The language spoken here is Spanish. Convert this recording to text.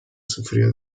sufrió